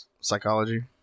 psychology